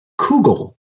kugel